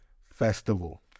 Festival